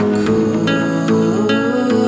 cool